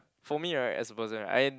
for me right as a person right I